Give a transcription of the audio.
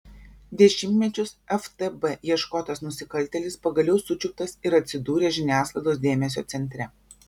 dešimtmečius ftb ieškotas nusikaltėlis pagaliau sučiuptas ir atsidūrė žiniasklaidos dėmesio centre